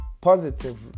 Positive